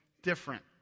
different